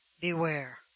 Beware